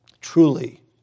Truly